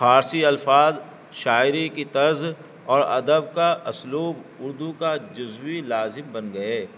فارسی الفاظ شاعری کی طرز اور ادب کا اسلوب اردو کا جزو لازم بن گئے